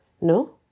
No